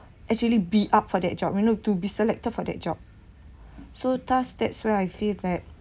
actually be up for that job you know to be selected for that job so thus that's why I feel that